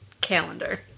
calendar